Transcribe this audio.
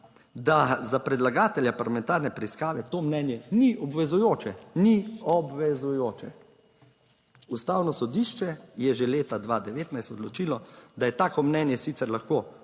da za predlagatelja parlamentarne preiskave to mnenje ni obvezujoče, ni obvezujoče. Ustavno sodišče je že leta 2019 odločilo, da je tako mnenje sicer lahko